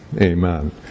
Amen